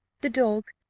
the dog,